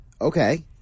Okay